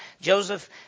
Joseph